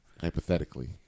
Hypothetically